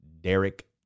Derek